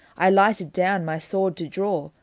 i lighted down my sword to draw,